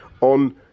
on